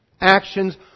Actions